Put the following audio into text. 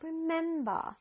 remember